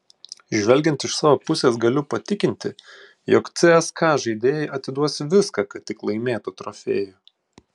žvelgiant iš savo pusės galiu patikinti jog cska žaidėjai atiduos viską kad tik laimėtų trofėjų